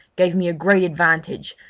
gave me a great advantage,